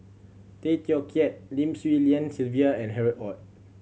Tay Teow Kiat Lim Swee Lian Sylvia and Harry Ord